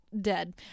dead